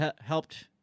helped